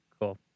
cool